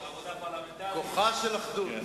הקובלנה הראשונה שתוגש לשר לענייני מיעוטים